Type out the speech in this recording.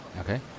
Okay